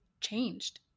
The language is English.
changed